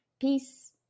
Peace